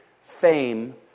fame